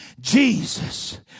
Jesus